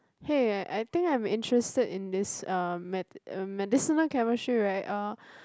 hey I I think I'm interested in this uh medi~ uh medicinal chemistry right uh